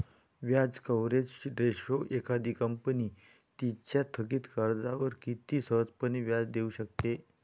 व्याज coverage ratio एखादी company तिच्या थकित कर्जावर किती सहजपणे व्याज देऊ शकते